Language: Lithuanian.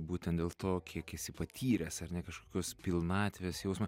būtent dėl to kiek esi patyręs ar ne kažkokios pilnatvės jausmą